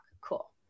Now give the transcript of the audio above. cool